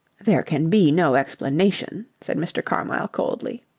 there can be no explanation, said mr. carmyle coldly.